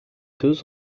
deux